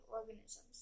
organisms